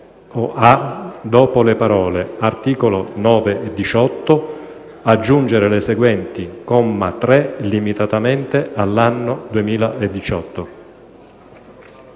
dopo le parole: "articoli 9, 18", aggiungere le seguenti: "comma 3, limitatamente all'anno 2018,"».